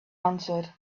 answered